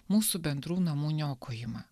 mūsų bendrų namų niokojimą